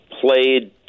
played